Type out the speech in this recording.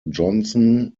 johnson